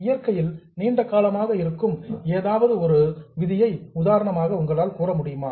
இயற்கையில் நீண்ட காலமாக இருக்கும் ஏதாவது ஒரு புரோவிஷன் விதியை உதாரணமாக உங்களால் கூற முடியுமா